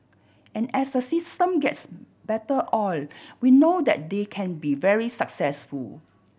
and as the system gets better oiled we know that they can be very successful